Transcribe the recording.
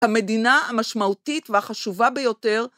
המדינה המשמעותית והחשובה ביותר.